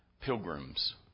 Pilgrims